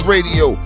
Radio